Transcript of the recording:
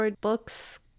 books